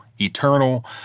eternal